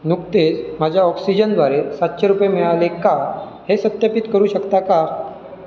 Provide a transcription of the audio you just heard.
नुकतेच माझ्या ऑक्सिजनद्वारे सातशे रुपये मिळाले का हे सत्यापित करू शकता का